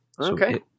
Okay